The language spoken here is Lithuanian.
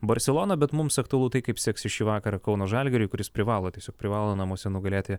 barseloną bet mums aktualu tai kaip seksis šį vakarą kauno žalgiriui kuris privalo tiesiog privalo namuose nugalėti